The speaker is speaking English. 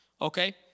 Okay